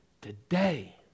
today